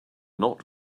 not